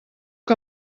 que